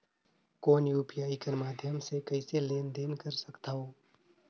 कौन यू.पी.आई कर माध्यम से कइसे लेन देन कर सकथव?